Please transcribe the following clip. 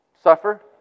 suffer